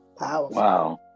wow